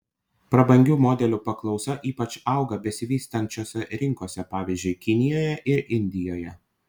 prabangių modelių paklausa ypač auga besivystančiose rinkose pavyzdžiui kinijoje ir indijoje